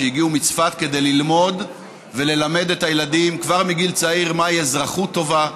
שהגיעו מצפת כדי ללמוד וללמד את הילדים כבר מגיל צעיר מהי אזרחות טובה,